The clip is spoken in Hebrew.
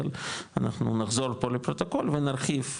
אבל אנחנו נחזור פה לפרוטוקול ונרחיב,